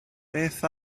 beth